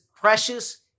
Precious